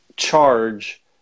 charge